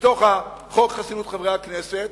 מתוך חוק חסינות חברי הכנסת,